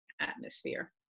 atmosphere